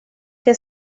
que